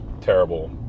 terrible